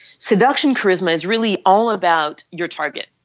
seduction charisma is really all about your target.